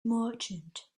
merchant